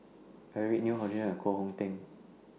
Eric Neo Hor Chim and Koh Hong Teng